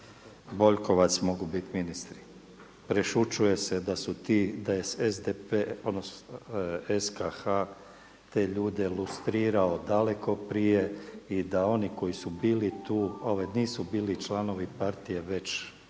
Boljkovac mogu biti ministri. Prešućuje se da je SDP, odnosno SKH te ljude lustrirao daleko prije i da oni koji su bili tu, nisu bili članovi partije već